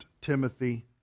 Timothy